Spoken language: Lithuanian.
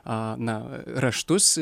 a na raštus